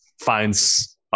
finds